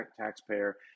taxpayer